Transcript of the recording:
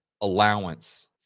allowance